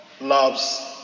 loves